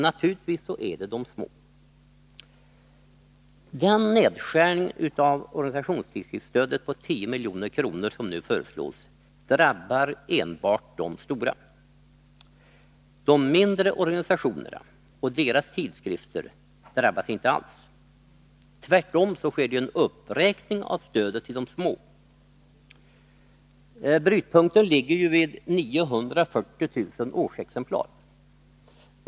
Naturligtvis är det de små. Den nedskärning av organisationstidskriftsstödet på 10 milj.kr. som nu föreslås drabbar enbart de stora. De mindre organisationerna och deras tidskrifter drabbas inte alls. Tvärtom sker det en uppräkning av stödet till de små. Brytpunkten ligger ju vid 940 000 årsexemplar.